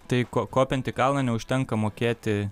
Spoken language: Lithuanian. tai ko kopiant į kalną neužtenka mokėti